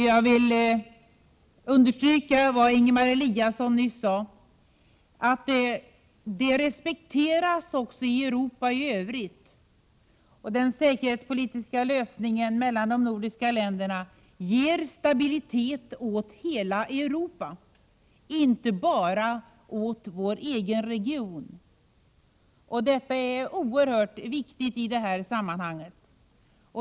Jag vill understryka vad Ingemar Eliasson nyss sade, att vår hållning respekteras i Europa i övrigt och att den säkerhetspolitiska lösningen mellan de nordiska länderna ger stabilitet åt hela Europa, inte endast åt vår egen region. Detta är oerhört viktigt i sammanhanget.